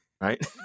right